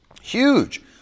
huge